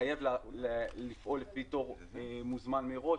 לחייב לפעול לפי תור מוזמן מראש,